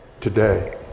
today